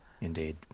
indeed